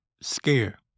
scare